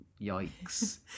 Yikes